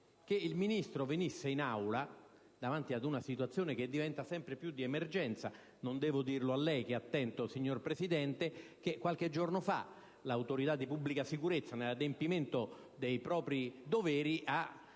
che il Ministro venisse in Aula, a fronte di una situazione che diventa sempre più di emergenza, e non devo dirlo a lei, signora Presidente, che è attenta. Qualche giorno fa, l'autorità di pubblica sicurezza, nell'adempimento dei propri doveri, ha